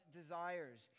desires